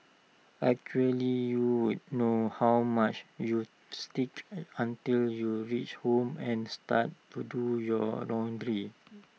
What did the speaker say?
actually you would know how much you stick until you reach home and start to do your laundry